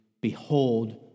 behold